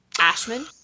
Ashman